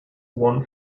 won